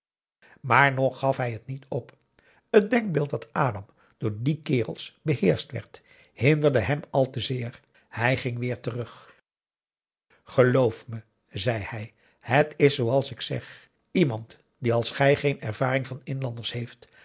maar nog gaf hij het niet op t denkbeeld dat adam door die kerels beheerscht werd hinderde hem al te zeer hij ging weer terug geloof me zei hij het is zooals ik zeg iemand die als jij geen ervaring van inlanders heeft